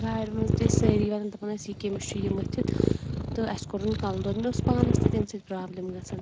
گاڑِ منٛز تہِ ٲسۍ سٲری وَنان دَپان ٲسۍ یہِ کٔمِس چھُ یہِ مٔتھِتھ تہٕ اَسہِ کوٚرُن کَلہٕ دود مےٚ اوس پانَس تہِ تمہِ سۭتۍ پرٛابلِم گژھان